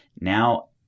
Now